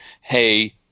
hey